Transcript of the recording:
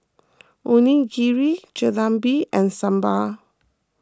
Onigiri Jalebi and Sambar